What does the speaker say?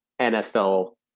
NFL